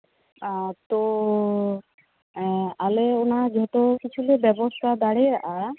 ᱟᱨ ᱛᱚ ᱟᱞᱮ ᱚᱱᱟ ᱡᱷᱚᱛᱚ ᱠᱤᱪᱷᱩᱞᱮ ᱵᱮᱵᱚᱥᱛᱟ ᱫᱟᱲᱮᱭᱟᱜᱼᱟ